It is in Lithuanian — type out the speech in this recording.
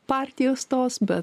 partijos tos bet